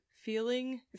feeling